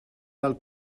del